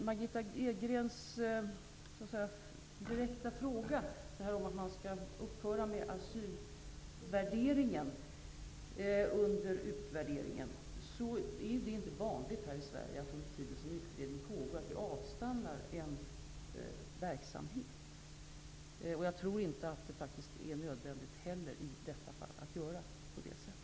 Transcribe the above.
Margitta Edgren ställde en direkt fråga om man inte borde upphöra med att avgöra enskilda asylärenden till dess utvärderingen är färdig. Men det är ju inte vanligt i Sverige att en verksamhet avstannar under den tid utredning pågår, och jag tror inte heller att det faktiskt är nödvändigt i detta fall att göra på det sättet.